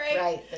right